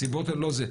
הסיבות הן לא זה.